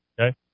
Okay